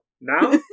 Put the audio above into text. Now